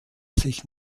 sich